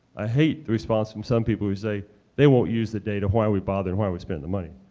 i hate the response from some people who say they won't use the data, why are we bothering, why are we spending the money.